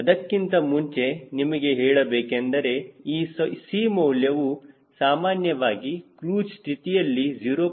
ಅದಕ್ಕಿಂತ ಮುಂಚೆ ನಿಮಗೆ ಹೇಳಬೇಕೆಂದರೆ ಈ C ಮೌಲ್ಯವು ಸಾಮಾನ್ಯವಾಗಿ ಕ್ರೂಜ್ ಸ್ಥಿತಿಯಲ್ಲಿ 0